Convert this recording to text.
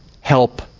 help